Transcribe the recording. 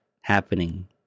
happening